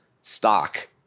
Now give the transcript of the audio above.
stock